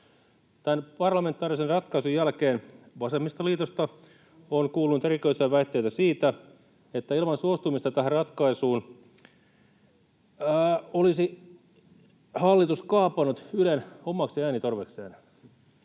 Tämän parlamentaarisen ratkaisun jälkeen vasemmistoliitosta on kuulunut erikoisia väitteitä siitä, että ilman suostumista tähän ratkaisuun olisi hallitus kaapannut Ylen omaksi äänitorvekseen.